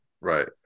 Right